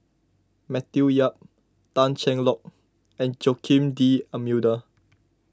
Matthew Yap Tan Cheng Lock and Joaquim D'Almeida